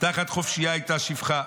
תחת חפשיה הייתה שפחה.